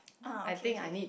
ah okay okay